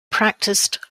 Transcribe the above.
practised